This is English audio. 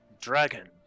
dragon